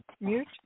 mute